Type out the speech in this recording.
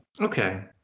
okay